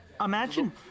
Imagine